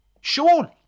surely